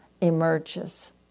emerges